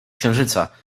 księżyca